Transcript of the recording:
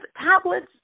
tablets